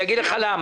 אגיד לך למה.